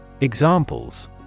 Examples